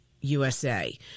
USA